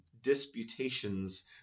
disputations